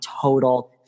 total